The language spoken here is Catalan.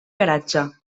garatge